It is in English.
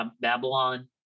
Babylon